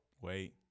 Wait